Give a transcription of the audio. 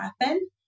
happen